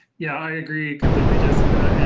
yeah, i agree completely, jessica. and,